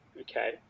Okay